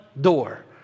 door